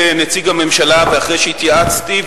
כנציג הממשלה ואחרי שהתייעצתי,